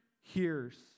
hears